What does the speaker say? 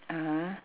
(uh huh)